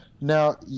now